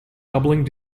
doubling